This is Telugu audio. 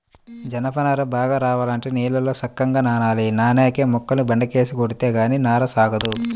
జనప నార బాగా రావాలంటే నీళ్ళల్లో సక్కంగా నానాలి, నానేక మొక్కల్ని బండకేసి కొడితే గానీ నార సాగదు